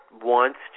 Wants